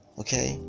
okay